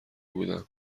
بودم